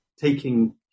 taking